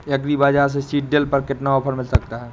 Agree Bazaar से seed drill पर कितना ऑफर मिल सकता है?